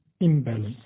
imbalance